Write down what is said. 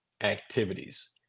activities